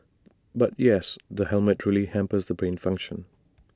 but yes the helmet really hampers the brain function